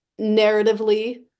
narratively